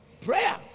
prayer